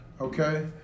Okay